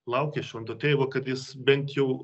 laukia švento tėvo kad jis bent jau